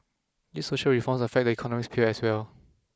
these social reforms affect the economic sphere as well